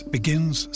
Begins